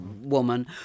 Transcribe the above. woman